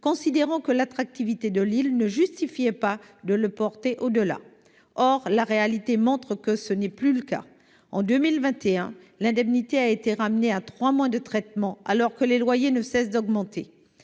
considérant que l'attractivité de l'île ne justifiait pas de la porter au-delà. Force est pourtant de constater que ce n'est plus le cas. En 2021, l'indemnité a été ramenée à trois mois de traitement, alors que les loyers ne cessent d'augmenter.